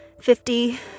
fifty